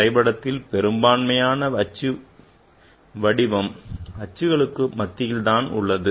வரைபடத்தில் பெரும்பான்மையான வடிவம் அச்சுகளுக்கு மத்தியில் தான் உள்ளது